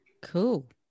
Cool